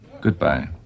Goodbye